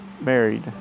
married